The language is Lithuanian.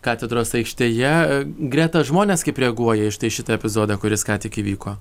katedros aikštėje greta žmonės kaip reaguoja į štai šitą epizodą kuris ką tik įvyko